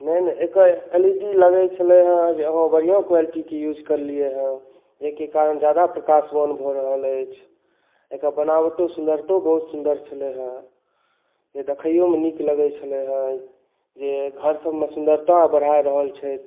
नहि नहि एकर एल ई डी लगै छलैया हँ जे अहाँ बढ़िऑं क्वॉलिटीके यूज़ केलियै हॅं जाहिके कारण जादा प्रकाशवान भऽ रहल अछि एकर बनाबटो सुंदरतो बहुत सुन्दर छलै जे देखियौमे नीक लगै छलै हँ जे घर सभमे सुंदरता बढ़ा रहल छै